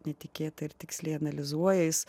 netikėtai ir tiksliai analizuoja jis